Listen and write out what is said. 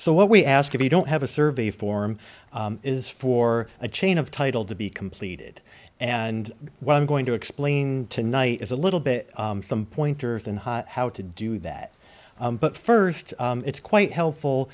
so what we ask if you don't have a survey form is for a chain of title to be completed and what i'm going to explain tonight is a little bit some pointers and how to do that but first it's quite helpful